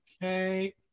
Okay